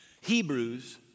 hebrews